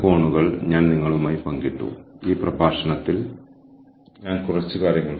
ഇപ്പോൾ ഞാൻ അടുത്ത ഇഷ്യൂലേക്ക് പോകും അത് ഭാവിയിലേക്കുള്ള ഇമ്പ്ലിക്കേഷനുകളാണ്